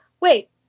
wait